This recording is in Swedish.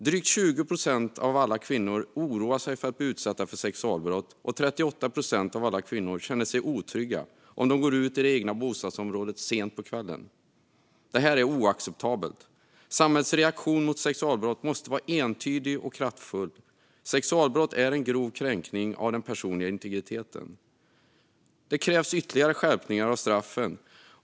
Drygt 20 procent av alla kvinnor oroar sig för att bli utsatta för sexualbrott, och 38 procent av alla kvinnor känner sig otrygga om de går ut i det egna bostadsområdet sent på kvällen. Detta är oacceptabelt. Samhällets reaktion mot sexualbrott måste vara entydig och kraftfull. Sexualbrott är en grov kränkning av den personliga integriteten. Det krävs ytterligare skärpningar av straffen.